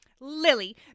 Lily